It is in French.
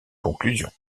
conclusion